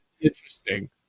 interesting